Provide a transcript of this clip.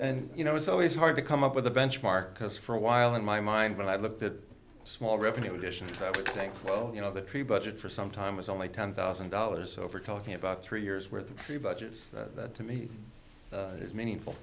and you know it's always hard to come up with a benchmark because for a while in my mind when i looked at small reputation i would think well you know the pre budget for some time was only ten thousand dollars over talking about three years worth of the budgets that to me is meaningful